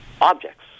objects